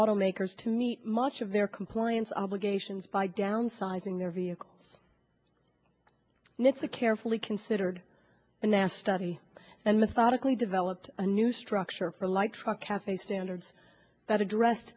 automakers to meet much of their compliance obligations by downsizing their vehicle and it's a carefully considered a nasty and methodically developed a new structure for light truck cafe standards that address